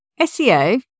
SEO